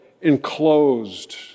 enclosed